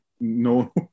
no